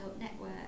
Network